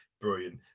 brilliant